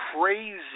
crazy